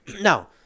Now